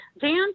dan